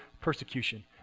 persecution